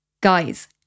guys